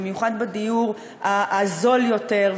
במיוחד בדיור הזול יותר,